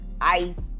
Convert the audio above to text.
ice